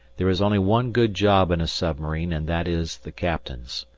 there is only one good job in a submarine and that is the captain's.